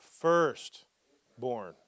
firstborn